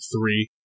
three